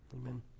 amen